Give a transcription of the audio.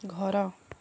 ଘର